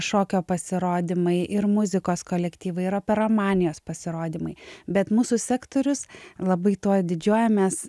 šokio pasirodymai ir muzikos kolektyvai ir operomanijos pasirodymai bet mūsų sektorius labai tuo didžiuojamės